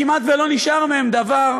כמעט לא נשאר מהן דבר,